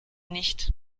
nicht